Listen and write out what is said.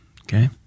Okay